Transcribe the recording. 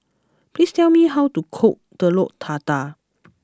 please tell me how to cook Telur Dadah